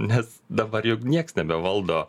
nes dabar juk nieks nebevaldo